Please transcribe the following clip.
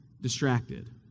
distracted